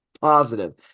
positive